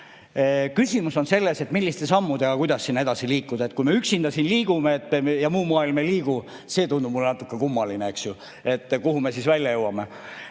Küsimus on selles, milliste sammudega ja kuidas edasi liikuda. Kui me üksinda siin liigume ja muu maailm ei liigu, siis see tundub mulle natuke kummaline, eks ju. Kuhu me siis välja jõuame?